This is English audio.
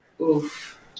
Oof